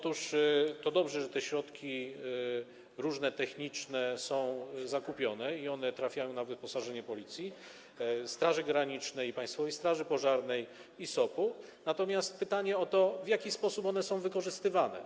To dobrze, że te różne środki techniczne są zakupione i trafiają na wyposażenie Policji, Straży Granicznej, Państwowej Straży Pożarnej i SOP-u, natomiast mam pytanie o to, w jaki sposób one są wykorzystywane.